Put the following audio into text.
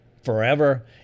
forever